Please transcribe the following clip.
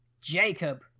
Jacob